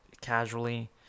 casually